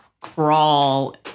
crawl